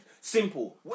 Simple